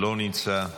לא נמצא,